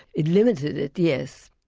it limited it yes.